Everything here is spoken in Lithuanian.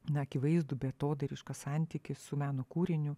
na akivaizdų beatodairišką santykį su meno kūriniu